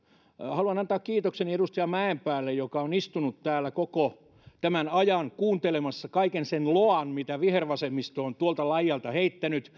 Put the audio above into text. haluan antaa kiitokseni edustaja mäenpäälle joka on istunut täällä koko tämän ajan kuuntelemassa kaiken sen loan mitä vihervasemmisto on tuolta laidalta heittänyt